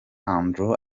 andrew